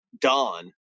dawn